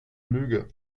lüge